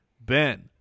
Ben